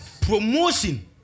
Promotion